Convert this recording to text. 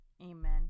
amen